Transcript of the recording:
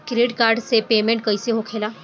Credit card से payment कईसे होखेला?